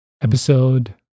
Episode